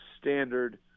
standard